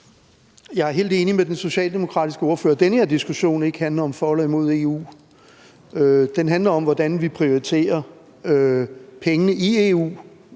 Jeg er helt enig med den socialdemokratiske ordfører i, at den her diskussion ikke handler om for eller imod EU. Den handler om, hvordan vi prioriterer pengene i EU,